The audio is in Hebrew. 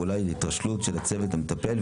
ואולי התרשלות של הצוות המטפל,